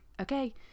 okay